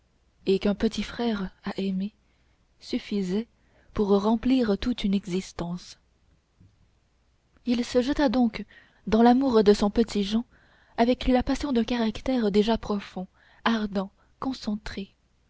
et qu'un petit frère à aimer suffisait pour remplir toute une existence il se jeta donc dans l'amour de son petit jehan avec la passion d'un caractère déjà profond ardent concentré